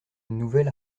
nouvel